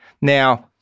Now